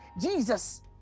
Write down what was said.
jesus